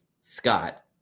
Scott